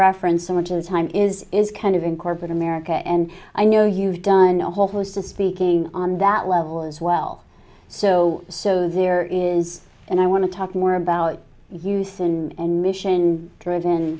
reference so much of the time is is kind of in corporate america and i know you've done a whole host of speaking on that level as well so so there is and i want to talk more about the use and mission driven